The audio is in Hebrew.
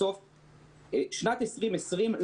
בשנת 2020,